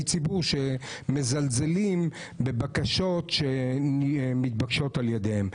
ציבור שמזלזלים בבקשות שמתבקשות על ידיהם.